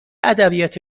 ادبیات